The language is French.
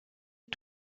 est